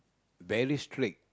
very strict